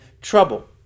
trouble